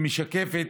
שמשקפים